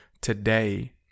today